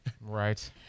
Right